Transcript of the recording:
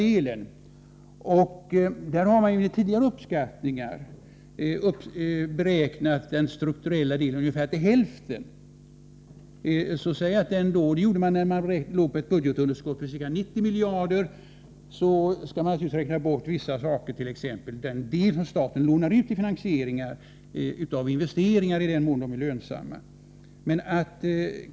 Man har i tidigare uppskattningar beräknat den strukturella delen till ungefär hälften av budgetunderskottet. Det gjordes när vi hade ett budgetunderskott på ca 90 miljarder. Vi skall naturligtvis räkna bort vissa saker, bl.a. det som staten lånar ut till finansiering av investeringar, i den mån de är lönsamma.